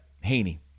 Haney